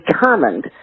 determined